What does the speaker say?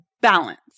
balance